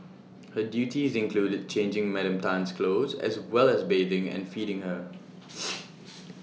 her duties included changing Madam Tan's clothes as well as bathing and feeding her